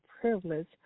privilege